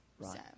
right